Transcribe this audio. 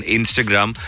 Instagram